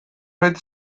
zait